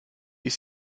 ist